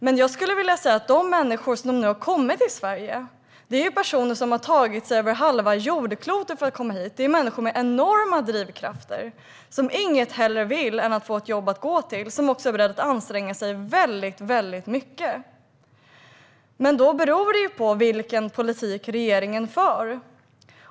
Men jag skulle vilja säga att de människor som nu har kommit till Sverige är personer som tagit sig över halva jordklotet - människor med enorma drivkrafter, som inget hellre vill än att få ett jobb att gå till och är beredda att anstränga sig väldigt mycket. Men då beror det på vilken politik regeringen för.